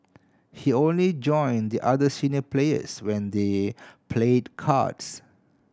he only join the other senior players when they played cards